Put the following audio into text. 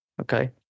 okay